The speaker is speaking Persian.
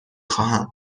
خواهم